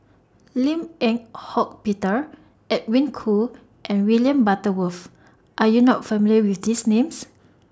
Lim Eng Hock Peter Edwin Koo and William Butterworth Are YOU not familiar with These Names